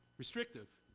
restrictive